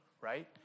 right